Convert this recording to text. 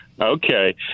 Okay